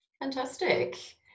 Fantastic